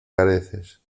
careces